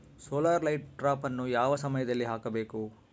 Solar light ಟ್ರಾಪನ್ನು ಯಾವ ಸಮಯದಲ್ಲಿ ಹಾಕಬೇಕು?